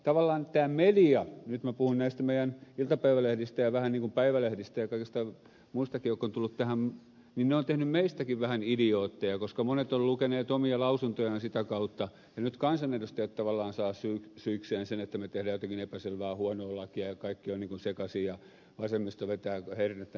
tavallaan tämä media nyt minä puhun näistä meidän iltapäivälehdistämme ja vähän niin kuin päivälehdistä ja kaikista muistakin jotka on tulleet tähän on tehnyt meistäkin vähän idiootteja koska monet ovat lukeneet omia lausuntojaan sitä kautta ja nyt kansanedustajat tavallaan saavat syikseen sen että me teemme jotenkin epäselvää huonoa lakia ja kaikki on sekaisin ja vasemmisto vetää hernettä nenään koko ajan